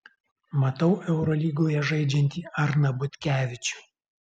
matau eurolygoje žaidžiantį arną butkevičių